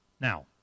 Now